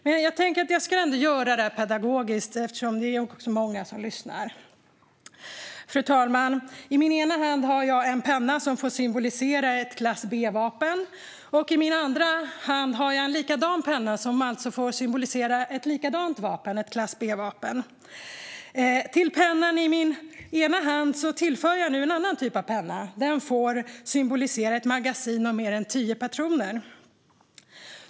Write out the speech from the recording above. Men jag tänker att jag ändå ska vara pedagogisk, eftersom det är många som lyssnar. Fru talman! I min ena hand har jag en penna som får symbolisera ett vapen i klass B. I min andra hand har jag en likadan penna som alltså får symbolisera ett likadant vapen - ett vapen i klass B. Till pennan i min ena hand tillför jag nu en annan typ av penna. Den får symbolisera ett magasin om mer än tio patroner.